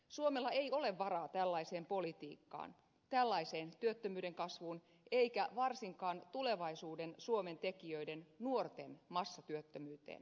suomella ei ole varaa tällaiseen politiikkaan tällaiseen työttömyyden kasvuun eikä varsinkaan tulevaisuuden suomen tekijöiden nuorten massatyöttömyyteen